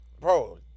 Bro